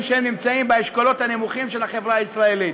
שנמצאים באשכולות הנמוכים של החברה הישראלית.